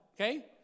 Okay